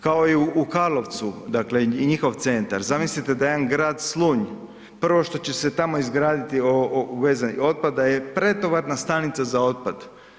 Kao i u Karlovcu, dakle i njihov centar, zamislite da jedan grad Slunj, prvo što će se tamo izgraditi u vezi otpada je pretovarna stanica za otpad.